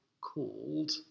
called